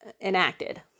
enacted